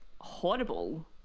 horrible